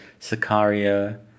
Sicario